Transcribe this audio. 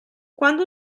quando